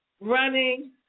Running